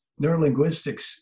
Neurolinguistics